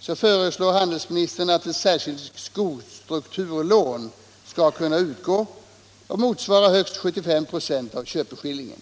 föreslår handelsministern att ett särskilt skostrukturlån skall kunna utgå och motsvara högst 75 96 av köpeskillingen.